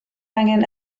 angen